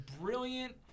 brilliant